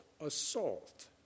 assault